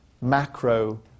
macro